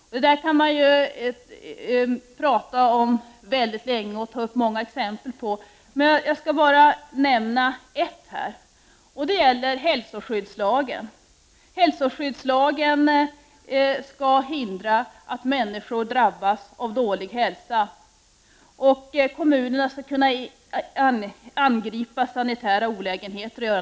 Detta kan man tala mycket länge om och ta upp många exempel på, men jag skall bara nämna ett, som gäller hälsoskyddslagen. Hälsoskyddslagen skall motverka att människor drabbas av dålig hälsa och sporra kommunerna att angripa sanitära olägenheter.